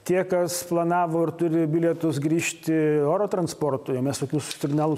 tie kas planavo ir turi bilietus grįžti oro transportui o mes tokių signalų